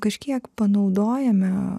kažkiek panaudojame